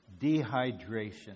dehydration